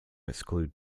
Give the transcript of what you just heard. exclude